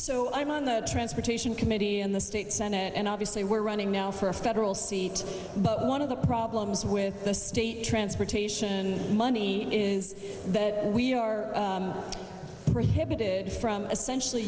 so i'm on the transportation committee in the state senate and obviously we're running now for a federal seat but one of the problems with the state transportation money is that we are prohibited from essentially